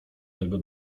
tego